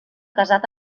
casat